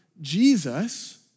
Jesus